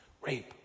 rape